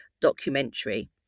documentary